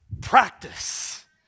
practice